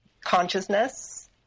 consciousness